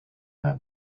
that